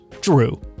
Drew